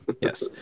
Yes